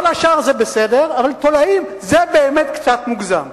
כל השאר זה בסדר, אבל תולעים, זה באמת קצת מוגזם.